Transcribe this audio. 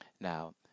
Now